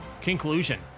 Conclusion